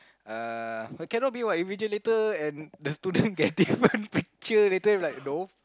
uh but cannot be what invigilator and the student get different picture later if like though